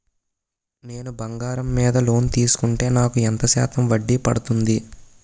నేను బంగారం మీద లోన్ తీసుకుంటే నాకు ఎంత శాతం వడ్డీ పడుతుంది?